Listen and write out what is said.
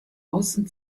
außen